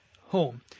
home